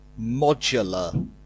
modular